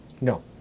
No